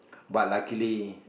but luckily